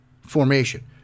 formation